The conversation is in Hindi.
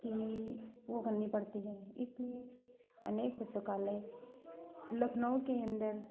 फीलिंग वो होनी पड़ती है इसलिए अनेक पुस्तकालय लखनऊ के अंदर